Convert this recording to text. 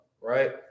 right